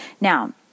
Now